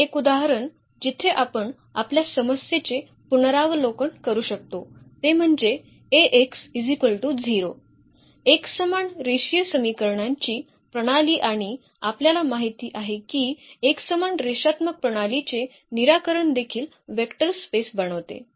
आणखी एक उदाहरण जिथे आपण आपल्या समस्येचे पुनरावलोकन करू शकतो ते म्हणजे एकसमान रेषीय समीकरणांची प्रणाली आणि आपल्याला माहित आहे की एकसमान रेषात्मक प्रणालीचे निराकरण देखील वेक्टर स्पेस बनवते